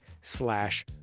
slash